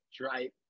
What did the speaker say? right